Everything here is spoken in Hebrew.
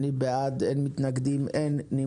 הצבעה אושר אני בעד, אין מתנגדים, אין נמנעים.